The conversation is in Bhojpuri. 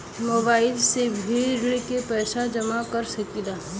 मोबाइल से भी ऋण के पैसा जमा कर सकी ला?